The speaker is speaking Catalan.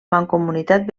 mancomunitat